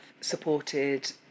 supported